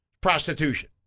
prostitution